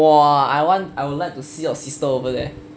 !wah! I want I would like to see your sister over their